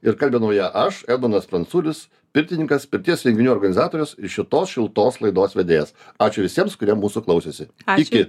ir kalbinau ją aš edmundas pranculis pirtininkas pirties renginių organizatorius šitos šiltos laidos vedėjas ačiū visiems kurie mūsų klausėsi iki